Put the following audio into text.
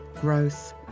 growth